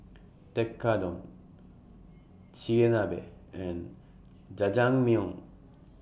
Tekkadon Chigenabe and Jajangmyeon